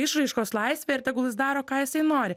išraiškos laisvė ir tegul jis daro ką jisai nori